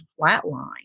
flatline